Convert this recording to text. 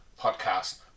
podcast